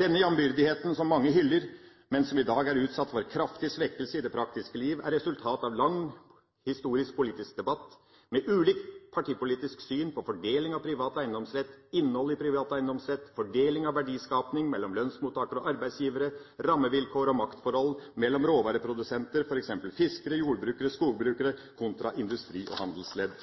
Denne jambyrdigheten som mange hyller, men som i dag er utsatt for kraftig svekkelse i det praktiske liv, er et resultat av en lang historisk-politisk debatt med ulikt partipolitisk syn på fordeling av privat eiendomsrett, innholdet i privat eiendomsrett, fordeling av verdiskaping mellom lønnsmottakere og arbeidsgivere, rammevilkår og maktforhold mellom råvareprodusenter – f.eks. fiskere, jordbrukere, skogbrukere – kontra industri og handelsledd.